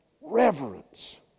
reverence